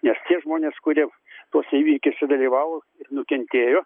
nes tie žmonės kurie tuose įvykiuose dalyvavo ir nukentėjo